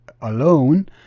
alone